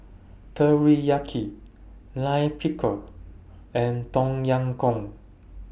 Teriyaki Lime Pickle and Tom Yam Goong